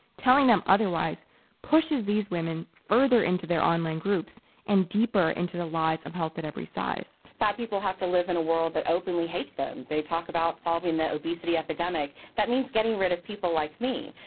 telling them otherwise pushes these women further into their online groups and deeper into the lies of health at every size. fat people have to live in a world that openly hates them. they talk about solving the obesity epidemic, that means getting rid of people like me.